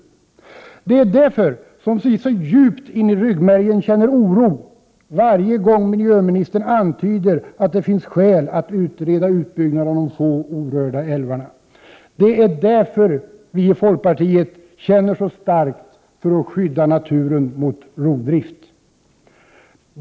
Det är därför som vi, djupt in i ryggmärgen, känner oro varje gång miljöministern antyder att det finns skäl att utreda utbyggnad av de få orörda älvarna. Det är därför vi i folkpartiet känner så starkt för att skydda naturen mot rovdrift.